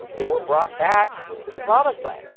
they were brought back to the promised land.